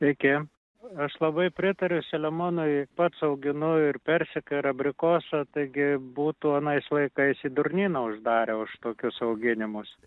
sveiki aš labai pritariu selemonui pats auginu ir persiką ir abrikosą taigi būtų anais laikais į durnyną uždarę už tokius auginimus